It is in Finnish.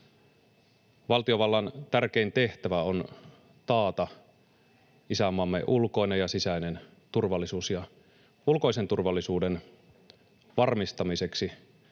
Valtiovallan tärkein tehtävä on taata isänmaamme ulkoinen ja sisäinen turvallisuus, ja ulkoisen turvallisuuden varmistamiseksi